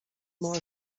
more